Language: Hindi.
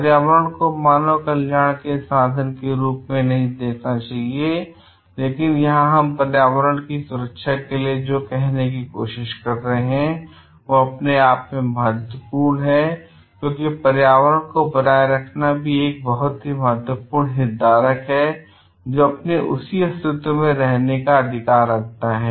पर्यावरण को मानव कल्याण के साधन के रूप में नहीं देखा जाना चाहिए लेकिन यहां हम पर्यावरण की सुरक्षा के लिए जो कहने की कोशिश कर रहे हैं वह अपने आप में महत्वपूर्ण है क्योंकि पर्यावरण को बनाए रखना भी एक बहुत ही महत्वपूर्ण हितधारक है जो अपने उसी अस्तित्व में रहने के लिए अपना अधिकार रखता है